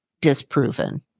disproven